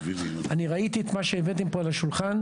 אני ראיתי את מה שהבאתם לפה לשולחן,